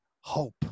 hope